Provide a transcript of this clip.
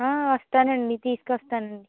వస్తాను అండి తీసుకువస్తాను అండి